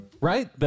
Right